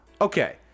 Okay